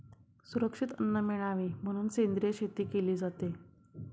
सुरक्षित अन्न मिळावे म्हणून सेंद्रिय शेती केली जाते